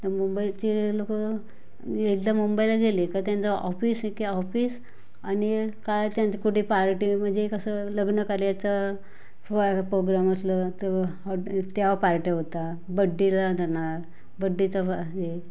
तर मुंबईचे लोकं जी एकदा मुंबईला गेले का त्यांचं ऑफिस एके ऑफिस आणि काय त्यांचं कुठे पार्टी म्हणजे कसं लग्न कार्यचा व पोग्राम असलं तर हॉटे तेव्हा पार्ट्या होतात बड्डेला जाणार बड्डेचा बहाणे